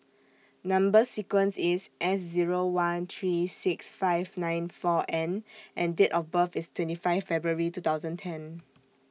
Number sequence IS S Zero one three six five nine four N and Date of birth IS twenty five February two thousand ten